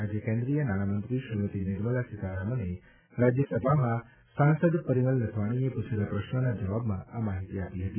આજે કેન્દ્રિય નાણામંત્રી શ્રીમતી નિર્મળા સીતારામને રાજયસભામાં સાંસદ પરિમલ નથવાણીએ પૂછેલા પ્રશ્નના જવાબમાં આ માહીતી આપી હતી